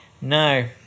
No